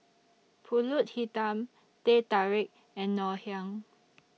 Pulut Hitam Teh Tarik and Ngoh Hiang